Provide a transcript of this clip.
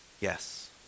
Yes